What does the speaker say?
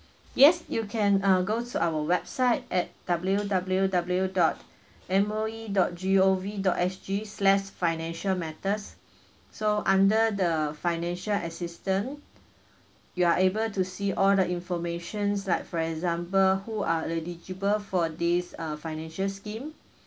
yes you can uh go to our website at W W W dot M O E dot G O V dot S G slash financial matters so under the financial assistant you are able to see all the informations like for example who are eligible for this uh financial scheme